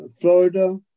Florida